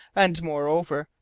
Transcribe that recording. and moreover,